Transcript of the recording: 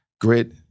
Grit